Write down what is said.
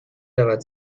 رود